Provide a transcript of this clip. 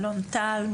אלון טל,